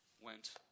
went